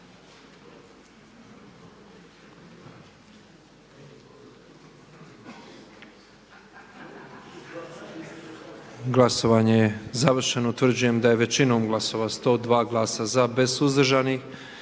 Glasovanje je završeno. Utvrđujem da smo većinom glasova 90 za, 12 suzdržanih